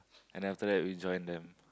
and after that we join them